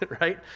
right